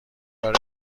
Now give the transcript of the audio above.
برای